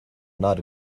not